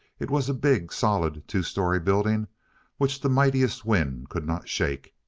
it was a big, solid, two-story building which the mightiest wind could not shake.